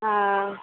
हँ